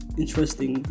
interesting